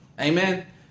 Amen